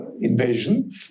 invasion